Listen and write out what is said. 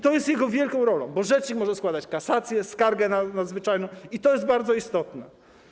To jest jego wielka rola, bo rzecznik może składać kasację, skargę nadzwyczajną, to jest bardzo istotne.